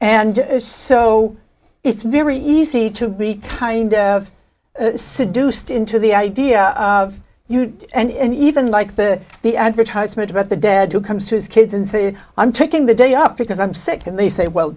and so it's very easy to be kind of seduced into the idea of youth and even like the the advertisement about the dad who comes to his kids and say i'm taking the day up because i'm sick and they say well